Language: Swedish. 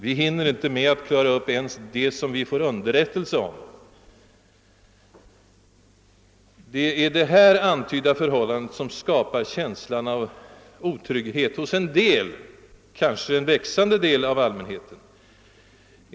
Vi hinner inte med att klara upp ens det som vi får underrättelse om.» Det är det här antydda förhållandet som skapar känslan av otrygghet hos en del — kanske en växande del — av allmänheten.